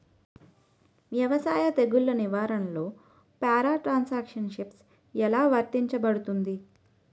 వ్యవసాయ తెగుళ్ల నిర్వహణలో పారాట్రాన్స్జెనిసిస్ఎ లా వర్తించబడుతుంది?